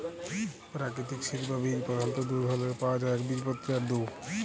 পেরাকিতিক সিড বা বীজ পধালত দু ধরলের পাউয়া যায় একবীজপত্রী আর দু